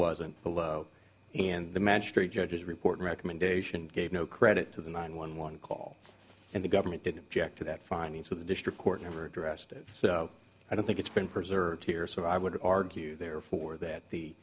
wasn't below and the magistrate judge's report recommendation gave no credit to the nine one one call and the government didn't jack to that findings with the district court never addressed it so i don't think it's been preserved here so i would argue therefore that the